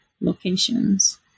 locations